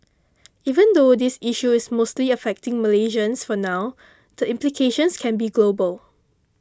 even though this issue is mostly affecting Malaysians for now the implications can be global